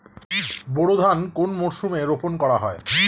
বোরো ধান কোন মরশুমে রোপণ করা হয়?